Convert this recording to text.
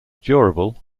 durable